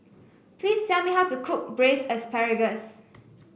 please tell me how to cook Braised Asparagus